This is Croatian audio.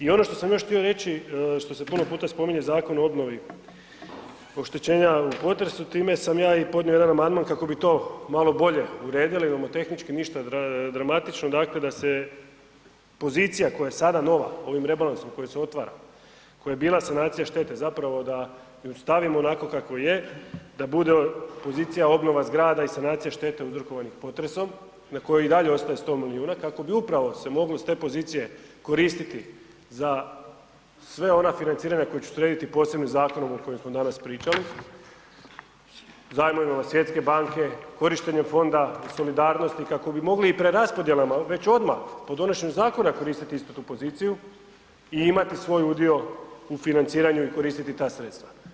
I ono što sam još htio reći, što se puno puta spominje Zakon o obnovi oštećenja u potresu, time sam ja i podnio jedan amandman kako bi to malo bolje uredili, nomotehnički, ništa dramatično, dakle da se pozicija koja je sada nova ovim rebalansom koji se otvara, koja je bila sanacija štete, zapravo da ju ostavimo onako kako je, da bude pozicija obnova zgrada i sanacija štete uzrokovanih potresom, na kojih i dalje ostaje 100 milijuna kako bi upravo se mogli iz te pozicije koristiti za sva ona financiranja koje će srediti posebnim zakonom o kojem smo danas pričali, zajmovima Svjetske banke, korištenjem fonda o solidarnosti kako bi mogli i preraspodjelama već odmah po donošenju zakona koristiti istu tu poziciju i imati svoj udio u financiranju i koristiti t sredstva.